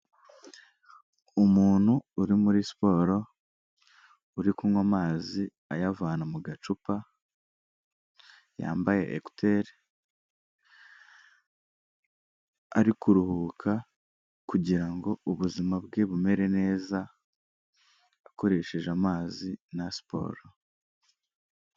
Umuntu uri muri siporo, uri kunywa amazi ayavana mu gacupa, yambaye ekuteri, ari kuruhuka kugira ngo ubuzima bwe bumere neza, akoresheje amazi na siporo.